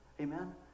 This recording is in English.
Amen